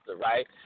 right